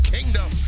Kingdom